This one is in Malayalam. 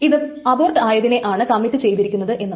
ഇത് അബോർട്ട് ആയതിനെയാണ് കമ്മിറ്റ് ചെയ്തിരിക്കുന്നത് എന്ന്